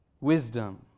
Wisdom